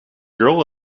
girl